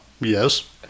Yes